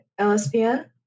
LSPN